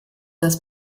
das